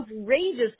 outrageous